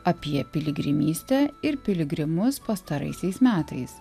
apie piligrimystę ir piligrimus pastaraisiais metais